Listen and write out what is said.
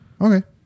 Okay